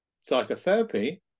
psychotherapy